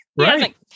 Right